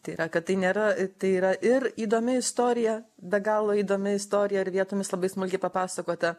tai yra kad tai nėra tai yra ir įdomi istorija be galo įdomi istorija ir vietomis labai smulkiai papasakota